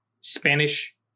Spanish